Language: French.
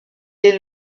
est